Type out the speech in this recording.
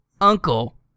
uncle